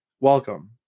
Welcome